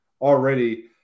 already